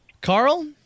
Carl